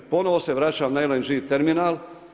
Ponovno se vraćam na LNG terminal.